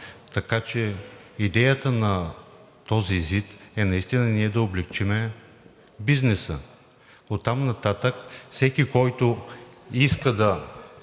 Така че идеята на този ЗИД е наистина ние да облекчим бизнеса. Оттам нататък, който иска да